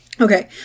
Okay